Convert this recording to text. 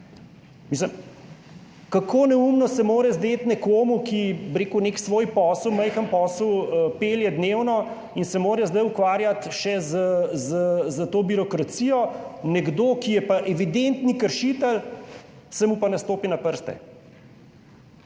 države. Kako neumno se mora zdeti nekomu, ki nek svoj posel, majhen posel dnevno pelje in se mora zdaj ukvarjati še s to birokracijo, nekdo, ki je pa evidentni kršitelj, pa se mu ne stopi na prste?